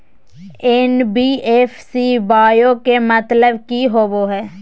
NBFC बोया के मतलब कि होवे हय?